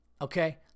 Okay